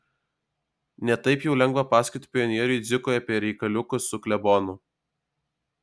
ne taip jau lengva pasakoti pionieriui dzikui apie reikaliukus su klebonu